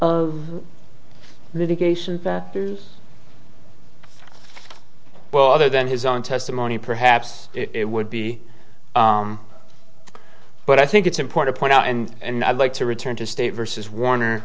of mitigation that well other than his own testimony perhaps it would be but i think it's important point out and i'd like to return to state versus warner